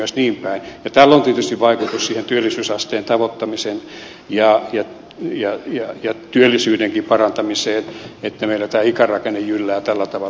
tällä on tietysti vaikutus työllisyysasteen tavoittamiseen ja työllisyydenkin parantamiseen että meillä tämä ikärakenne jyllää tällä tavalla